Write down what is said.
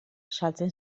saltzen